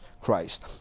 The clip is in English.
Christ